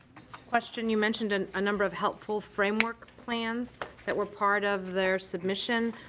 question, you mentioned and a number of helpful framework plans that were part of their submission.